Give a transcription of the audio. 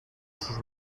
sus